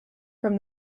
from